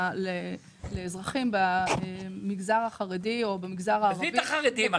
לאזרחים במגזר החרדי או הערבי --- עזבי את החרדים,